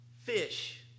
fish